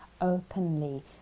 openly